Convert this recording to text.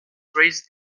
raised